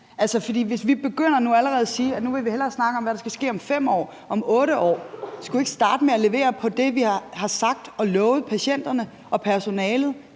nu begynde at sige, at vi hellere vil snakke om, hvad der skal ske om 5 år, om 8 år, men skulle vi ikke starte med at levere på det, vi har sagt og lovet patienterne og personalet